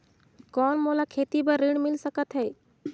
कौन मोला खेती बर ऋण मिल सकत है?